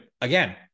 again